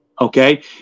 okay